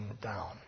down